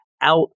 out